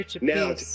now